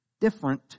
Different